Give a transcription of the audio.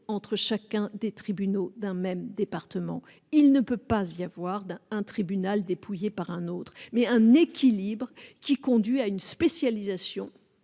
entre chacun des tribunaux d'un même département, il ne peut pas y avoir d'un tribunal dépouillé par un autre, mais un équilibre qui conduit à une spécialisation